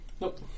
Nope